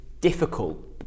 difficult